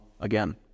again